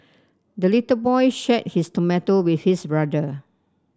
the little boy shared his tomato with his brother